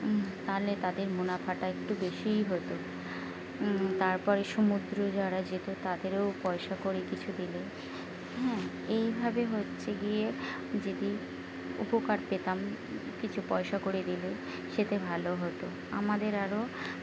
তাহলে তাদের মুনাফাটা একটু বেশিই হতো তারপরে সমুদ্র যারা যেত তাদেরও পয়সাকড়ি কিছু দিলে হ্যাঁ এইভাবে হচ্ছে গিয়ে যদি উপকার পেতাম কিছু পয়সাকড়ি দিলে সেতে ভালো হতো আমাদের আরও